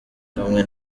kamwe